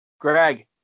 Greg